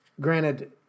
granted